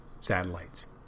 satellites